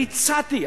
אני הצעתי.